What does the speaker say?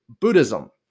Buddhism